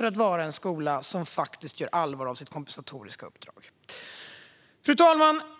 att vara en skola som faktiskt gör allvar av sitt kompensatoriska uppdrag. Fru talman!